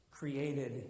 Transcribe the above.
Created